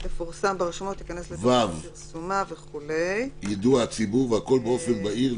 " (ד) הממשלה, ועדת השרים או ועדת